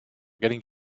getting